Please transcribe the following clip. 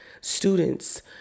students